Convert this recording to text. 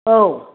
औ